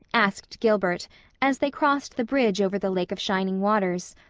asked gilbert as they crossed the bridge over the lake of shining waters,